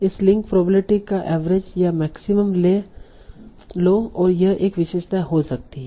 इस link probability का average या मैक्सिमम ले लो और यह एक विशेषता हो सकती है